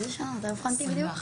אובחנתי בשנת 2021,